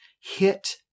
hit